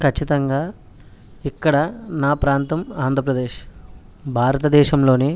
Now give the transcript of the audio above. ఖచ్చితంగా ఇక్కడ నా ప్రాంతం ఆంధ్రప్రదేశ్ భారతదేశంలోని